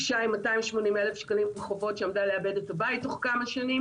אישה עם 280,000 שקלים בחובות שעמדה לאבד את הבית תוך כמה שנים